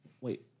Wait